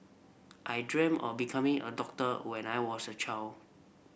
I dreamt of becoming a doctor when I was a child